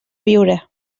viure